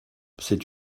c’est